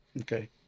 Okay